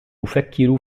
أفكر